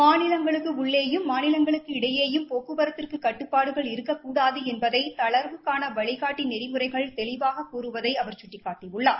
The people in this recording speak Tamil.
மாநிலங்களுக்கு உள்ளேயும் மாநிலங்களுக்கு இடையேயும் போக்குவரத்தில் கட்டுப்பாடுகள் இருக்கக்கூடாது என்பதை தளர்வுக்கான வழினாட்டி நெறிமுறைகள் தெளிவாகக் கூறுவதை அவர் சுட்டிக்காட்டியுள்ளார்